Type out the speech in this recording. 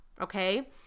okay